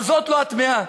אבל זאת לא התמיהה.